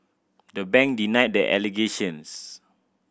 the bank denied the allegations